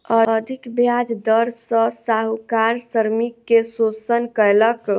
अधिक ब्याज दर सॅ साहूकार श्रमिक के शोषण कयलक